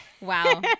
Wow